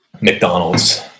McDonald's